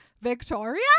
victoria